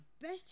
better